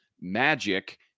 Magic